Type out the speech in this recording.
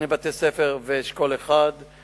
שני בתי-ספר ואשכול גנים אחד,